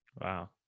Wow